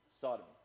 Sodom